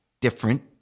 different